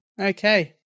Okay